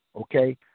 Okay